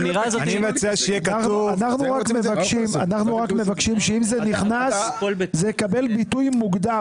האמירה הזאת --- אנחנו רק מבקשים שאם זה נכנס זה יקבל ביטוי מוגדר,